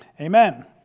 amen